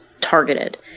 targeted